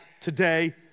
today